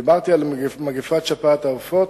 דיברתי על מגפת שפעת העופות